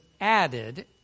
added